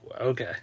okay